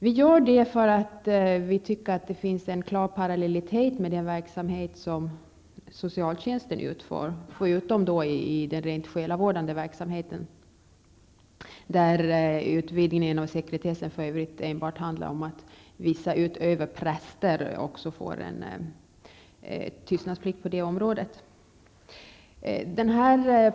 Vi gör detta därför att vi tycker att det faktiskt finns en klar parallellitet mellan den verksamhet som socialtjänsten utför, förutom den rent själavårdande verksamheten. Utvidgningen av sekretessbegreppet inom kyrkan handlar enbart om att vissa förutom präster får en tystnadsplikt på det här området.